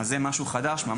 אז זה משהו חדש.